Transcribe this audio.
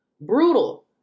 Brutal